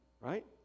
Right